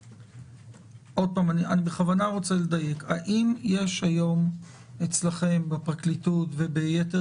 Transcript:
אני בכוונה רוצה לדייק: האם יש היום אצלכם בפרקליטות וביתר